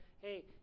hey